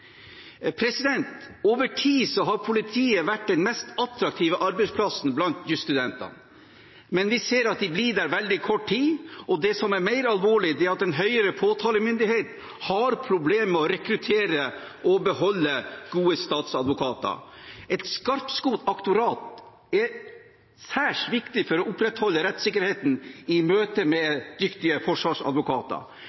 Over tid har politiet vært den mest attraktive arbeidsplassen blant jusstudenter, men vi ser at de blir der veldig kort tid. Det som er mer alvorlig, er at den høyere påtalemyndighet har problemer med å rekruttere og beholde gode statsadvokater. Et skarpskodd aktorat er særs viktig for å opprettholde rettssikkerheten i møte med